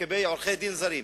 לגבי עורכי-דין זרים.